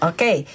Okay